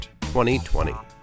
2020